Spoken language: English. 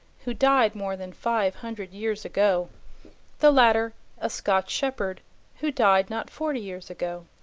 who died more than five hundred years ago the latter a scotch shepherd who died not forty years ago.